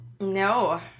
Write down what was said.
No